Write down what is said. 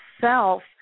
self